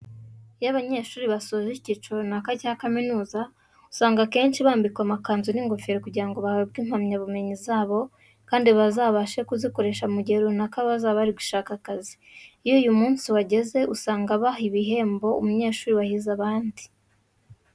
Iyo abanyeshuri basoje icyiciro runaka cya kaminuza usanga akenshi bambikwa amakanzu n'ingofero kugira ngo bahabwe impamyabumenyi zabo kandi bazabashe kuzikoresha mu gihe runaka bazaba bari gushaka akazi. Iyo uyu munsi wageze usanga baha igihembo umunyeshuri wahize abandi.